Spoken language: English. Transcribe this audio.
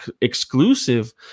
exclusive